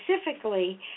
specifically